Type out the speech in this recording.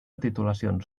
titulacions